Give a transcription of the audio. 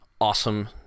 awesome